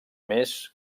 més